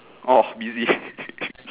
orh busy